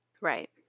Right